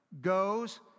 goes